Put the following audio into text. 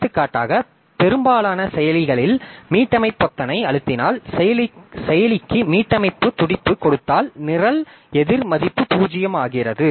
எடுத்துக்காட்டாக பெரும்பாலான செயலிகளில் மீட்டமை பொத்தானை அழுத்தினால் செயலிக்கு மீட்டமைப்பு துடிப்பு கொடுத்தால் நிரல் எதிர் மதிப்பு 0 ஆகிறது